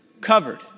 covered